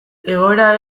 egoera